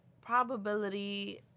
probability